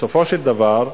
בסופו של דבר,